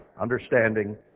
understanding